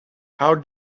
how